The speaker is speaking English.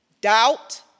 doubt